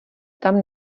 tam